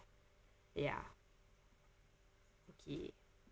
ya okay